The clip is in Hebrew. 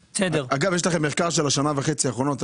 יש לכם מחקר של השנה וחצי האחרונות?